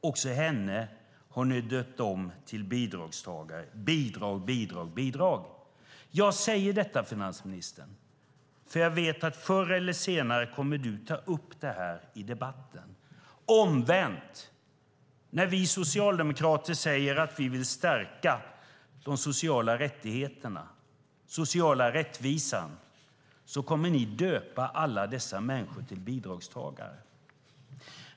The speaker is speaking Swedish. Också henne har ni döpt om till bidragstagare. Bidrag, bidrag, bidrag! Jag säger detta, finansministern, eftersom jag vet att du förr eller senare kommer att ta upp detta i debatten, omvänt. När vi socialdemokrater säger att vi vill stärka de sociala rättigheterna och den sociala rättvisan kommer ni att döpa alla dessa människor till bidragstagare.